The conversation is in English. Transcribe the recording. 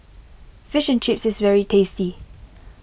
Fish and Chips is very tasty